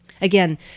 Again